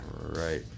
Right